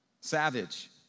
savage